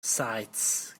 saets